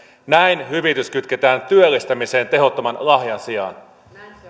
näin hyvitys kytketään työllistämiseen tehottoman lahjan sijaan